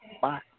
Bye